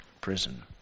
prison